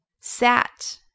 sat